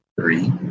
three